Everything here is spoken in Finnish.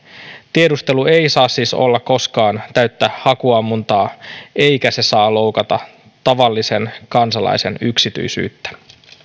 tiedustelu ei saa siis olla koskaan täyttä hakuammuntaa eikä se saa loukata tavallisen kansalaisen yksityisyyttä